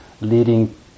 leading